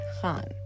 Khan